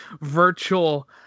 virtual